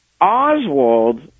Oswald